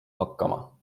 hakkama